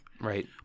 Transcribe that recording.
Right